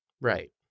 Right